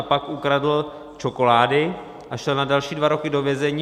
Pak ukradl čokolády a šel na další dva roky do vězení.